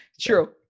true